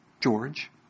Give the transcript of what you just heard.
George